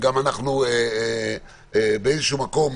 באיזשהו מקום